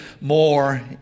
more